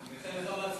נשמע אותך, לא נצא.